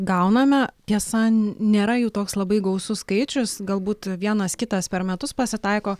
gauname tiesa nėra jų toks labai gausus skaičius galbūt vienas kitas per metus pasitaiko